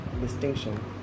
distinction